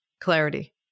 clarity